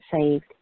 saved